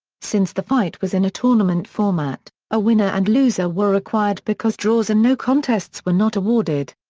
since the fight was in a tournament format, a winner and loser were required because draws and no-contests were not awarded.